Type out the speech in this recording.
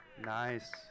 Nice